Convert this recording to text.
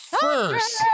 first